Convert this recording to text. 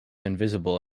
invisible